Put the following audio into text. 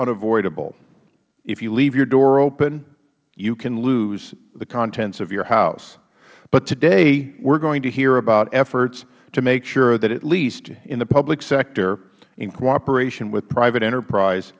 unavoidable if you leave your door open you can lose the contents of your house today we are going hear about efforts to make sure that at least in the public sector in cooperation with private enterprise